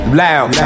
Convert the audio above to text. loud